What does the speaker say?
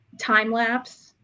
time-lapse